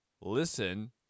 listen